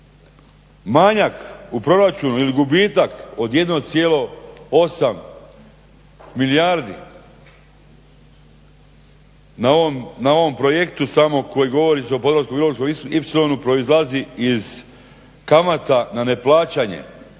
Manjak u proračunu ili gubitak od 1,8 milijardi na ovom projektu samo koji govori o … ipsilonu proizlazi iz kamata na neplaćanje,